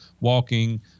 walking